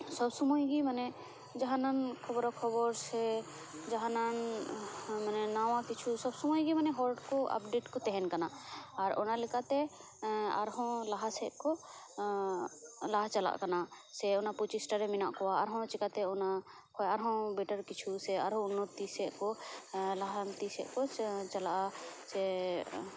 ᱥᱚᱵᱥᱳᱢᱳᱭ ᱜᱮ ᱢᱟᱱᱮ ᱡᱟᱦᱟᱱᱟᱱ ᱠᱷᱚᱵᱚᱨᱟ ᱠᱷᱚᱵᱚᱨ ᱥᱮ ᱡᱟᱦᱟᱱᱟᱝ ᱢᱟᱱᱮ ᱱᱟᱣᱟ ᱠᱤᱪᱷᱩ ᱥᱚᱵᱽ ᱥᱳᱢᱳᱭᱜᱮ ᱢᱟᱱᱮ ᱦᱚᱲᱠᱚ ᱟᱯᱰᱮᱴ ᱠᱚ ᱛᱟᱦᱮᱱ ᱠᱟᱱᱟ ᱟᱨ ᱚᱱᱟ ᱞᱮᱠᱟᱛᱮ ᱟᱨᱦᱚᱸ ᱞᱟᱦᱟ ᱥᱮᱡ ᱠᱚ ᱞᱟᱦᱟ ᱪᱟᱞᱟᱜ ᱠᱟᱱᱟ ᱥᱮ ᱚᱱᱟ ᱯᱨᱚᱪᱮᱥᱴᱟ ᱨᱮ ᱢᱮᱱᱟᱜ ᱠᱚᱣᱟ ᱟᱨᱦᱚᱸ ᱪᱮᱠᱟᱛᱮ ᱚᱱᱟ ᱠᱷᱚᱡ ᱟᱨᱦᱚᱸ ᱵᱮᱴᱟᱨ ᱠᱤᱪᱷᱩ ᱥᱮ ᱟᱨᱦᱚᱸ ᱩᱱᱚᱛᱤ ᱥᱮᱡ ᱠᱚ ᱞᱟᱦᱟᱱᱛᱤ ᱥᱮᱡ ᱠᱚ ᱪᱟᱞᱟᱜᱼᱟ ᱥᱮ